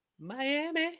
Miami